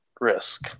risk